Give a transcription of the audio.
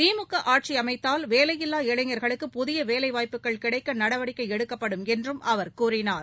திமுக ஆட்சி அமைத்தால் வேலையில்லா இளைஞா்களுக்கு புதிய வேலைவாய்ப்புகள் கிடைக்க நடவடிக்கை எடுக்கப்படும் என்றும் அவர் கூறினார்